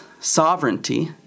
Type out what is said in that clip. sovereignty